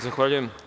Zahvaljujem.